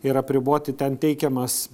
ir apriboti ten teikiamas